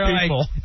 people